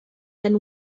than